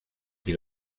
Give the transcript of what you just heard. qui